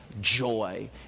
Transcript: joy